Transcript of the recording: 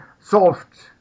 solved